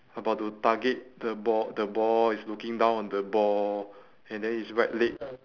about to target the ba~ the ball he's looking down on the ball and then his right leg